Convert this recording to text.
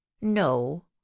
no